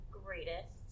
greatest